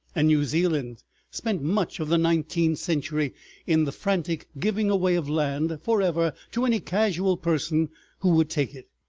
and new zealand spent much of the nineteenth century in the frantic giving away of land for ever to any casual person who would take it.